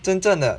真正的